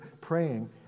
praying